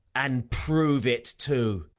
and prove it too.